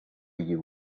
you